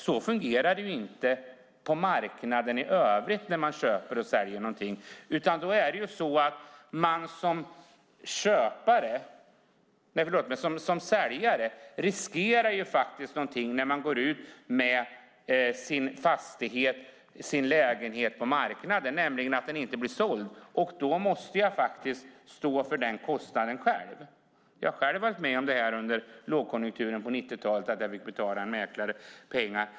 Så fungerar det ju inte på marknaden i övrigt när man köper och säljer någonting, utan då riskerar man som säljare faktiskt någonting när man går ut med sin fastighet eller sin lägenhet på marknaden, nämligen att den inte blir såld, och då måste man stå för den kostnaden själv. Jag har själv varit med om det under lågkonjunkturen på 90-talet att jag fick betala en mäklare pengar.